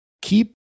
Keep